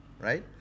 right